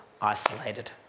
isolated